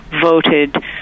voted